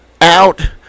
out